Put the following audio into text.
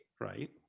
Right